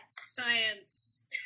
Science